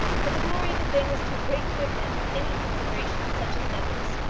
but the glory of the thing was too great to admit of any considerations such as those.